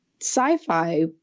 sci-fi